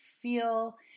feel